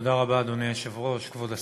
תודה רבה, אדוני היושב-ראש, כבוד השר,